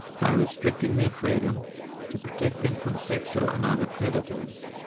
by restricting their freedom to protect them from sexual and other predators.